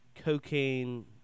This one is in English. cocaine